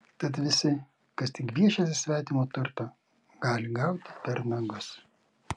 tad visi kas tik gviešiasi svetimo turto gali gauti per nagus